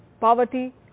poverty